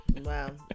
Wow